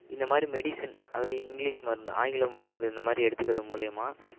இந்த மாதிரி மெடிசன் அதான் இங்கிலீஸ் மருந்து ஆங்கில மருந்து இந்த மாதிரி எடுத்துக்கிறது மூலிமா